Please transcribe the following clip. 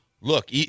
look